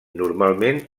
normalment